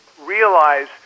realize